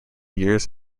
years